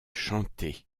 chanté